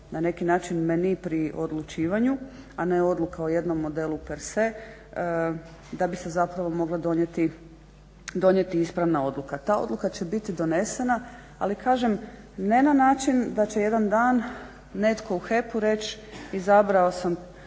na neki način menü pri odlučivanju, a ne odluka o jednom modelu perse, da bi se mogla donijeti ispravna odluka. Ta odluka će biti donesena ali kažem ne na način da će jedan dan netko u HEP-u reći izabrao sam